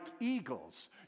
eagles